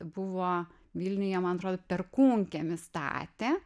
buvo vilniuje man atrodo perkūnkiemį statė